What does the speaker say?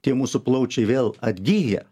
tie mūsų plaučiai vėl atgyja